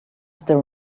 still